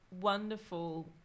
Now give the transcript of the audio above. wonderful